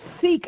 seek